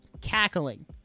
cackling